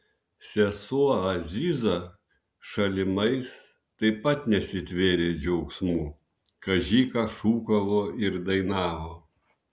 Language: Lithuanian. sesuo aziza šalimais taip pat nesitvėrė džiaugsmu kaži ką šūkavo ir dainavo